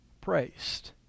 praised